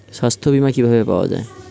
সাস্থ্য বিমা কি ভাবে পাওয়া যায়?